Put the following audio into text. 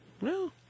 No